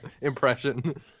impression